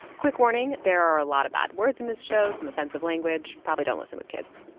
quick warning there are a lot of bad words in this show, some offensive language. probably don't listen with kids